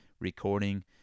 recording